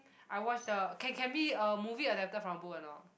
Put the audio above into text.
I watched the can can be a movie adapted from a book or not